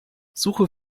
suche